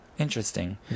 Interesting